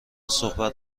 صحبت